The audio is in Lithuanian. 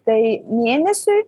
tai mėnesiui